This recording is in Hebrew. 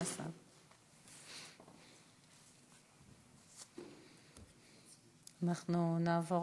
אנחנו נעבור